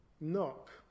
knock